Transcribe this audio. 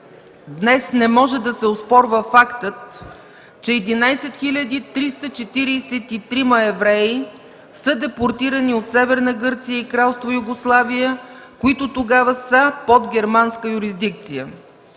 днес не може да се оспорва фактът, че 11 хил. 343 евреи са депортирани от Северна Гърция и Кралство Югославия, които тогава са под германска юрисдикция.